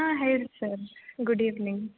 ಹಾಂ ಹೇಳಿ sir good evening